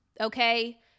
Okay